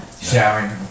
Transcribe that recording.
showering